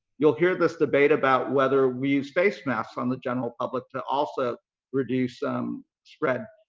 you'll hear this debate about whether we use face masks on the general public to also reduce um spread.